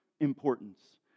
importance